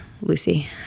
Lucy